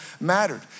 mattered